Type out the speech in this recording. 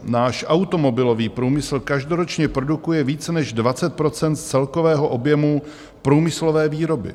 Náš automobilový průmysl každoročně produkuje více než 20 % z celkového objemu průmyslové výroby.